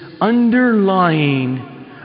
underlying